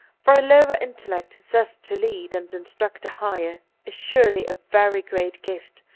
for a lower intel lect thus to lead and instruct a higher is surely a very great gift,